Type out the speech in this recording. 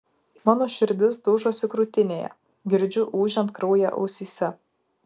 mano širdis daužosi krūtinėje girdžiu ūžiant kraują ausyse